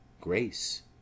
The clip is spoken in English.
grace